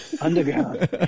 Underground